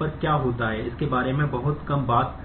पर क्या होता है इसके बारे में बहुत कम बात करते हैं